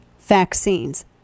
Vaccines